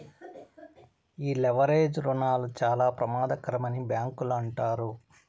ఈ లెవరేజ్ రుణాలు చాలా ప్రమాదకరమని బ్యాంకులు అంటారు